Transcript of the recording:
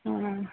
हाँ हाँ